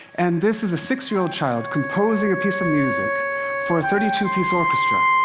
and this is a six-year-old child composing a piece of music for a thirty two piece orchestra.